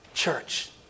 Church